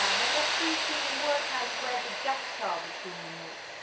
um but let's see if you can work out where the gaps are between the notes